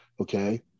Okay